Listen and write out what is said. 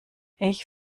ich